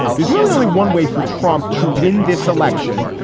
there's really only one way for trump to win this election,